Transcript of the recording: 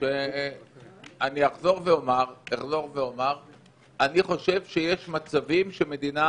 אני אחזור ואומר: אני חושב שיש מצבים שלמדינה